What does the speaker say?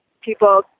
people